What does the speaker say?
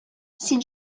син